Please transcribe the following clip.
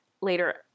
later